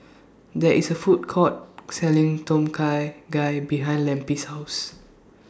There IS A Food Court Selling Tom Kha Gai behind Lempi's House